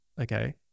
okay